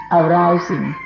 arising